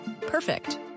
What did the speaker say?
Perfect